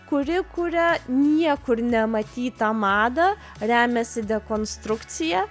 kuri kuria niekur nematytą madą remiasi dekonstrukcija